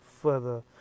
further